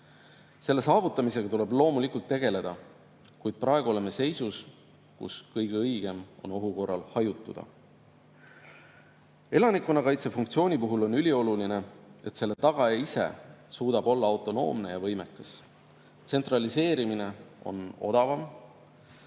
Selle saavutamisega tuleb loomulikult tegeleda, kuid praegu oleme seisus, kus kõige õigem on ohu korral hajutatus. Elanikkonnakaitse funktsiooni puhul on ülioluline, et selle tagaja ise suudab olla autonoomne ja võimekas. Tsentraliseerimine on odavam,